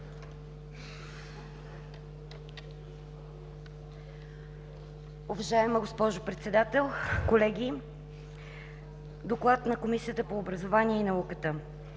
Уважаеми господин Председател, колеги! „ДОКЛАД на Комисията по образованието и науката